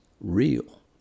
real